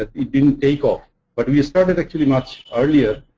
it didn't take off but we started, actually, much earlier.